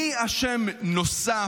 מי אשם נוסף,